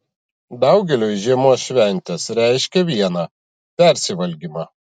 daugeliui žiemos šventės reiškia viena persivalgymą